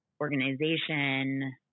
organization